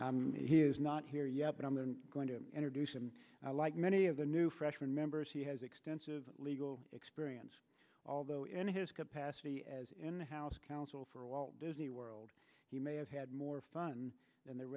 and he is not here yet but i'm going to introduce him i like many of the new freshman members he has extensive legal experience although in his capacity as in house counsel for walt disney world he may have had more fun than the